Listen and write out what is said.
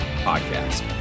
podcast